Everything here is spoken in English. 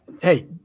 Hey